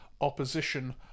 opposition